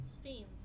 Fiends